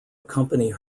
accompany